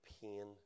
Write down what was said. pain